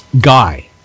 Guy